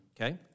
Okay